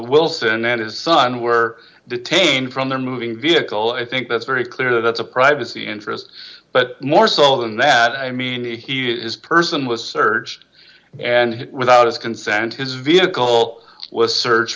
wilson and his son were detained from their moving vehicle i think that's very clear that's a privacy interest but more so than nat i mean he is person was searched and without his consent his vehicle was search